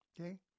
okay